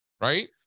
right